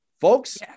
Folks